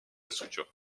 structure